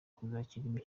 kuzakina